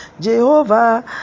Jehovah